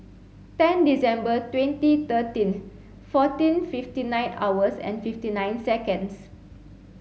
ten December twenty thirteen fourteen fifty nine hours and fifty nine seconds